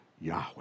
Yahweh